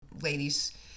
ladies